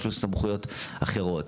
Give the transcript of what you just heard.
יש לו סמכויות אחרות.